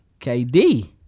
KD